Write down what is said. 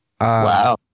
Wow